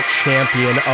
champion